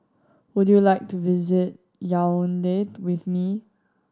would you like to visit Yaounde with me